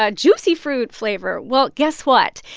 ah juicy fruit flavor. well, guess what?